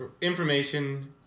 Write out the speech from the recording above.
information